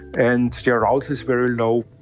and the arousal is very low.